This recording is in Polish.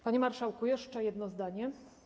Panie marszałku, jeszcze jedno zdanie.